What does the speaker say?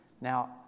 Now